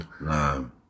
No